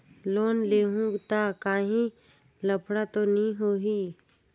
Loan लेहूं ता काहीं लफड़ा तो नी होहि?